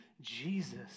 Jesus